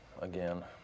again